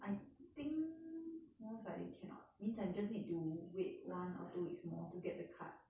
I think most likely cannot means I just need to wait one or two weeks more to get the card